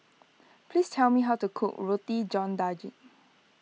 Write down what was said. please tell me how to cook Roti John Daging